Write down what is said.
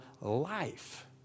life